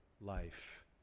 life